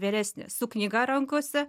vyresnės su knyga rankose